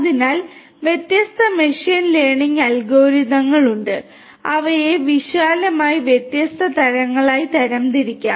അതിനാൽ വ്യത്യസ്ത machine learning അൽഗോരിതങ്ങൾ ഉണ്ട് അവയെ വിശാലമായി വ്യത്യസ്ത തരങ്ങളായി തരംതിരിക്കാം